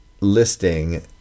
listing